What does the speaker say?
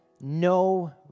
No